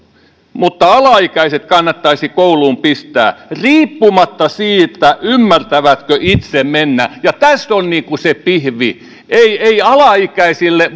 mutta alaikäiset kannattaisi kouluun pistää riippumatta siitä ymmärtävätkö itse mennä ja tässä on se pihvi ei ei alaikäisille